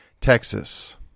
Texas